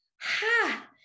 ha